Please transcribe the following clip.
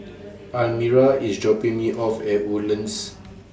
Almira IS dropping Me off At Woodlands